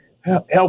Help